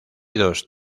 dos